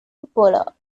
cupola